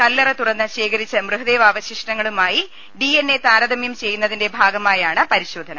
കല്ലറ തുറന്ന് ശേഖരിച്ച മൃതദേഹ വശിഷ്ടങ്ങളുമായി ഡി എൻ എ താരതമ്യം ചെയ്യുന്നതിന്റെ ഭാഗമായാണ് പരിശോധന